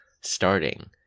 starting